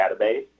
database